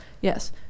Yes